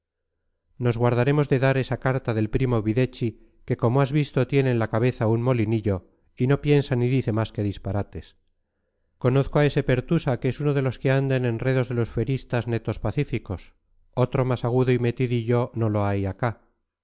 nos guardaremos de dar esa carta del primo videchi que como has visto tiene en la cabeza un molinillo y no piensa ni dice más que disparates conozco a ese pertusa que es uno que anda en enredos de los fueristas netos pacíficos otro más agudo y metidillo no lo hay acá